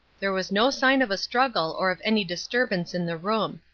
there was no sign of a struggle or of any disturbance in the room.